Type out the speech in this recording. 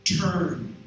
turn